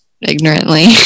ignorantly